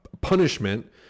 punishment